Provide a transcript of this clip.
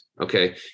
Okay